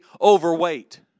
overweight